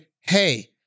hey